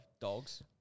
dogs